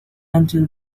until